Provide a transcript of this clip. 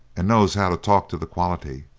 and knows how to talk to the quality.